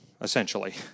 essentially